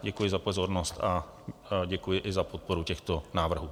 Děkuji za pozornost a děkuji i za podporu těchto návrhů.